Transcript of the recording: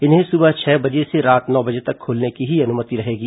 इन्हें सुबह छह बजे से रात नौ बजे तक खोलने की ही अनुमति रहेगी